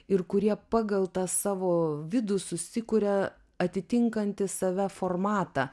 ir kurie pagal tą savo vidų susikuria atitinkantį save formatą